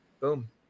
boom